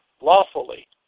lawfully